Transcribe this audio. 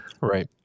Right